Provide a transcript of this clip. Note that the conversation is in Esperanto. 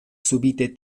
subite